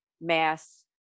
mass